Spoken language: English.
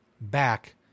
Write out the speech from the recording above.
back